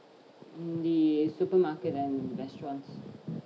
the supermarket and restaurants